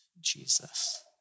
Jesus